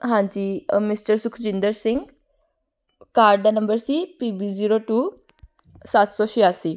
ਹਾਂਜੀ ਅ mister Sukhjinder Singh car ਦਾ ਨੰਬਰ ਸੀ ਪੀ ਬੀ ਜ਼ੀਰੋ ਟੂ ਸੱਤ ਸੌ ਛਿਆਸੀ